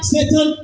Satan